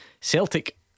Celtic